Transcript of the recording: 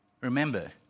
Remember